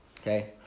Okay